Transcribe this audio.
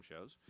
shows